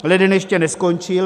Leden ještě neskončil.